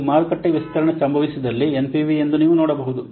ಇದು ಮಾರುಕಟ್ಟೆ ವಿಸ್ತರಣೆ ಸಂಭವಿಸಿದಲ್ಲಿ ಎನ್ಪಿವಿ ಎಂದು ನೀವು ನೋಡಬಹುದು